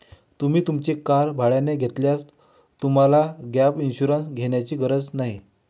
तुम्ही तुमची कार भाड्याने घेतल्यास तुम्हाला गॅप इन्शुरन्स घेण्याची गरज नाही